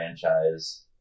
franchise